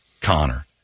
Connor